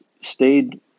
stayed